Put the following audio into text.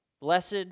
Blessed